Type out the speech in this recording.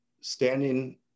standing